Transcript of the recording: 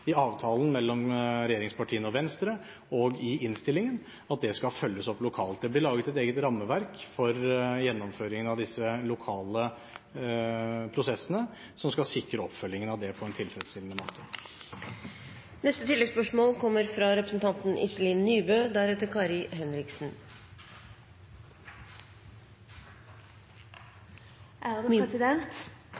i avtalen mellom regjeringspartiene og Venstre og i innstillingen at det skal følges opp lokalt. Det ble laget et eget rammeverk for gjennomføringen av disse lokale prosessene, som skal sikre oppfølgingen av det på en tilfredsstillende måte.